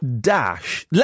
dash